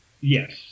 Yes